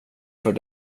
för